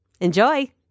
Enjoy